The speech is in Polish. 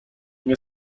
nie